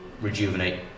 rejuvenate